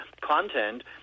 content